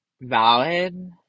valid